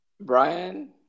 Brian